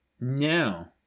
no